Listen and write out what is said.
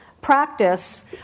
Practice